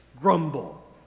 grumble